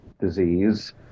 disease